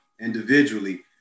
individually